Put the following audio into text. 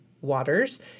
waters